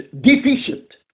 deficient